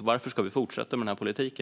Varför ska vi fortsätta med politiken?